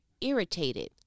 irritated